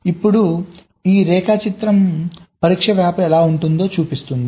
ఇప్పుడు ఈ రేఖాచిత్రం పరీక్ష వ్రాపర్ ఎలా ఉంటుందో చూపిస్తుంది